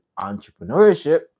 entrepreneurship